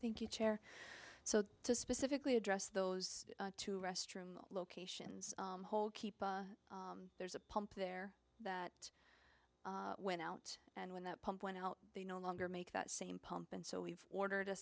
you chair so to specifically address those two restroom locations there's a pump there that went out and when that pump went out they no longer make that same pump and so we've ordered a